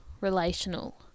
relational